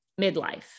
midlife